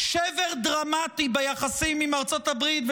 שבר דרמטי ביחסים עם ארצות הברית.